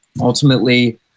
ultimately